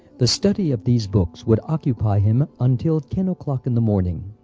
the study of these books would occupy him until ten o'clock in the morning.